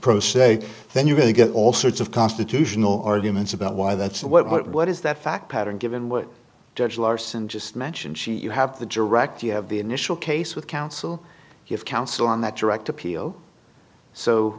pro se then you can get all sorts of constitutional arguments about why that's what what is that fact pattern given what judge larson just mentioned she you have the direct you have the initial case with counsel you have counsel on that direct appeal so